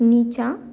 नीचाँ